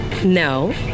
No